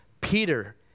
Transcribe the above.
Peter